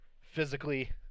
physically